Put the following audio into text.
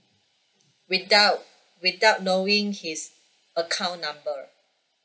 without without knowing his account number